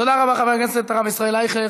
תודה רבה לחבר הכנסת הרב ישראל אייכלר.